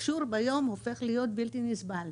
התקשורת ביומיום הופכת להיות בלתי נסבלת.